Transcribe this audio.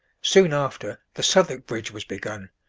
soon after, the southwark bridge was begun,